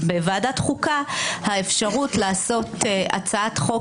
בוועדת החוקה האפשרות לעשות הצעת חוק